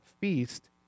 feast